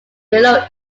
below